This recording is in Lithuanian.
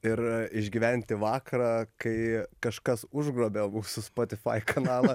ir išgyventi vakarą kai kažkas užgrobia mūsų spotifai kanalą